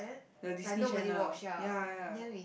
the Disney channel ya ya